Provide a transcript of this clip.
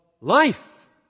life